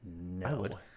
No